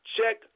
Check